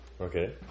Okay